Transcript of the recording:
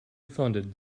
funded